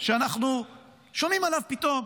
שאנחנו שומעים עליו פתאום.